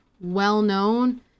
well-known